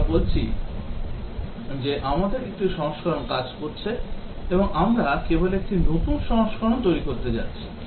আমরা বলছি যে আমাদের একটি সংস্করণ কাজ করছে এবং আমরা কেবল একটি নতুন সংস্করণ তৈরি করতে যাচ্ছি